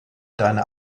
deiner